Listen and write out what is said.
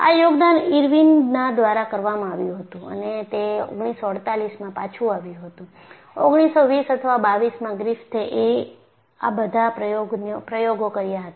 આ યોગદાન ઇર્વિનના દ્વારા કરવામાં આવ્યું હતું અને તે 1948 માં પાછું આવ્યું હતું 1920 અથવા 22માં ગ્રિફિથે એ આ બધા પ્રયોગો કર્યા હતા